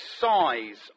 size